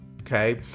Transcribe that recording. okay